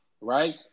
right